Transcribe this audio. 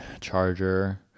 charger